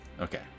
Okay